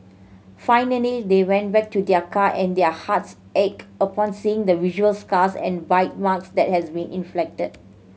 finally they went back to their car and their hearts ached upon seeing the visual scars and bite marks that has been inflicted